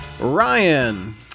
Ryan